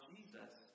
Jesus